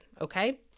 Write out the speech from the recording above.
okay